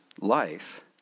life